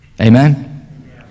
Amen